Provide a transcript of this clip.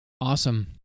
Awesome